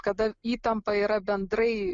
kada įtampa yra bendrai